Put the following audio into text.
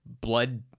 blood